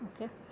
okay